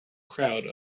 crowd